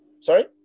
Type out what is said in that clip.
Sorry